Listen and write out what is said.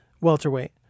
welterweight